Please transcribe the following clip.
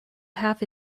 half